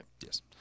Yes